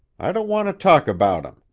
i don't want to talk about him!